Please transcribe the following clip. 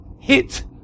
hit